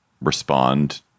respond